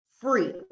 free